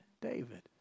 David